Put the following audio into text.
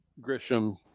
Grisham